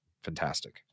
Fantastic